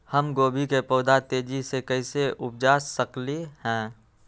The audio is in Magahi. हम गोभी के पौधा तेजी से कैसे उपजा सकली ह?